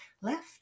left